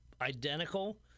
identical